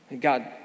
God